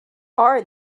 are